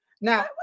Now